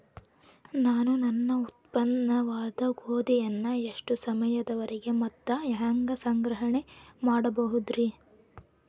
ನಾನು ನನ್ನ ಉತ್ಪನ್ನವಾದ ಗೋಧಿಯನ್ನ ಎಷ್ಟು ಸಮಯದವರೆಗೆ ಮತ್ತ ಹ್ಯಾಂಗ ಸಂಗ್ರಹಣೆ ಮಾಡಬಹುದುರೇ?